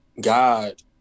God